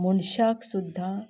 मनशाक सुद्दां